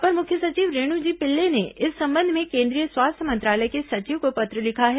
अपर मुख्य सचिव रेणु जी पिल्ले ने इस संबंध में केंद्रीय स्वास्थ्य मंत्रालय के सचिव को पत्र लिखा है